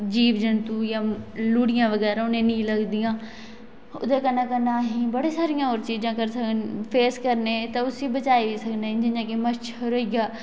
जीब जन्तू जा लोडियां बगैरा उनेंगी नेईं लगदियां ओहदे कन्नै कन्नै आसेंगी बड़ी सारियां होर चीजां करी सकने फेस करने उसी बचाई सकने जियां कि मच्छर होई गेआ